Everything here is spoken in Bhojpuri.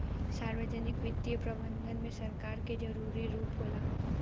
सार्वजनिक वित्तीय प्रबंधन में सरकार के जरूरी रूप होला